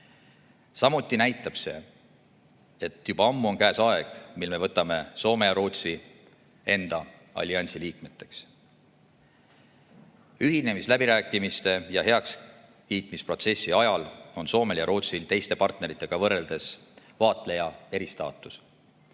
Samuti näitab see, et juba ammu on käes aeg, mil me võtame Soome ja Rootsi enda alliansi liikmeteks. Ühinemisläbirääkimiste ja heakskiitmisprotsessi ajal on Soomel ja Rootsil teiste partneritega võrreldes vaatleja eristaatus,